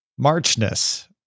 marchness